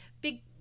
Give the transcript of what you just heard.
big